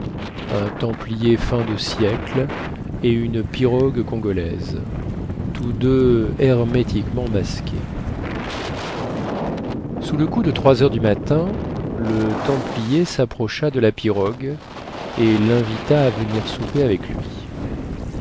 templier fin de siècle et une pirogue congolaise tous deux hermétiquement masqués sur le coup de trois heures du matin le templier sapprocha de la pirogue et linvita à venir souper avec lui